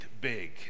big